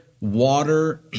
water